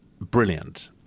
brilliant